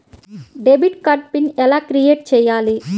Debit card pin ఎలా create చెయ్యాలి?